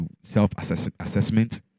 self-assessment